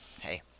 hey